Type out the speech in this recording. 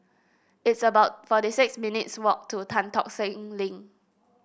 it's about forty six minutes' walk to Tan Tock Seng Link